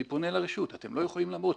אני פונה לרשות, אתם לא יכולים לעמוד?